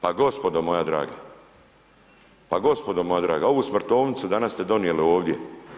Pa gospodo moja draga, pa gospodo moja draga, ovu smrtovnicu danas ste donijeli ovdje.